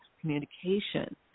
communication